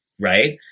right